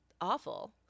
Awful